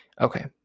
Okay